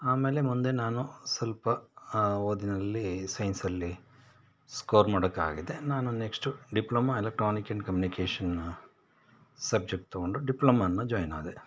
ಆಮೇಲೆ ಮುಂದೆ ನಾನು ಸ್ವಲ್ಪ ಓದಿನಲ್ಲಿ ಸೈನ್ಸಲ್ಲಿ ಸ್ಕೋರ್ ಮಾಡಕ್ಕೆ ಆಗದೆ ನಾನು ನೆಕ್ಸ್ಟು ಡಿಪ್ಲೊಮಾ ಇಲೆಕ್ಟ್ರಾನಿಕ್ ಎಂಡ್ ಕಮ್ಯುನಿಕೇಶನ್ನ ಸಬ್ಜೆಕ್ಟ್ ತೊಗೊಂಡು ಡಿಪ್ಲೊಮಾನ್ನ ಜಾಯಿನ್ ಆದೆ